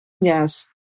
Yes